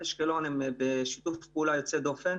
אשקלון פועלים בשיתוף פעולה יוצא דופן.